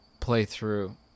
playthrough